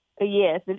Yes